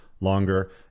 longer